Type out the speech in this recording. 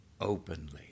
Openly